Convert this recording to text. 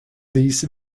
these